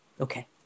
Okay